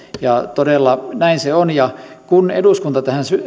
todella näin se on ja kun eduskunta tähän